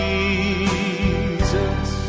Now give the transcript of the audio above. Jesus